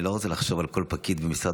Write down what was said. אני לא רוצה לחשוב על כל פקיד במשרד